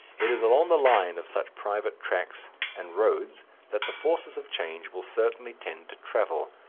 it is along the line of such private tracks and roads that the forces of change will certainly tend to travel,